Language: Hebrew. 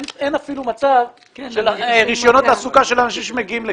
אין אפילו מצב של רישיונות העסקה של אנשים שמגיעים לכאן.